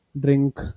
drink